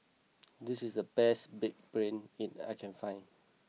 this is the best big brain it I can find